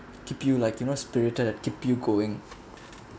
keep you like you know spirited and keep you going